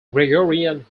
gregorian